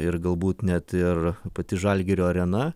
ir galbūt net ir pati žalgirio arena